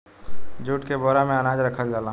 jute के बोरा में अनाज रखल जाला